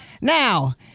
Now